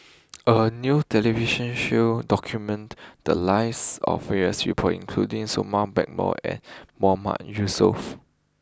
a new television show documented the lives of various people including Blackmore and Mahmood Yusof